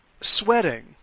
sweating